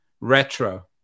retro